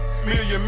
Million